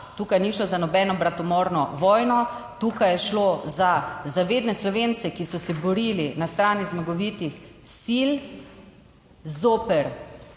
Tukaj ni šlo za nobeno bratomorno vojno. Tukaj je šlo za zavedne Slovence, ki so se borili na strani zmagovitih sil zoper